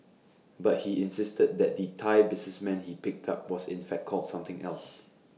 but he insisted that the Thai businessman he picked up was in fact called something else